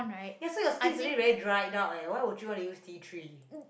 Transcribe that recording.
so your skin is already very dried out eh why would you want to use tea tree